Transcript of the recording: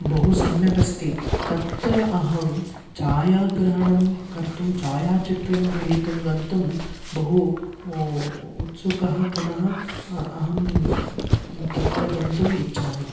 बहु सम्यकस्ति तत्र अहं छायाग्रहणं कर्तुं छायाचित्रं ग्रहीतुं गन्तुं बहु उ उत्सुकः पुनः अहं तत्र गन्तुम् इच्छामि